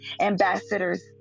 ambassadors